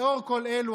לאור כל אלו,